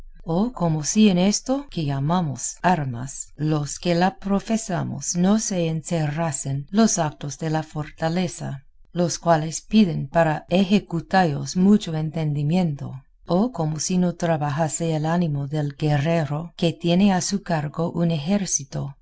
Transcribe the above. o como si en esto que llamamos armas los que las profesamos no se encerrasen los actos de la fortaleza los cuales piden para ejecutallos mucho entendimiento o como si no trabajase el ánimo del guerrero que tiene a su cargo un ejército